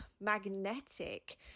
magnetic